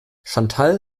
chantal